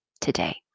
today